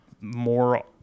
more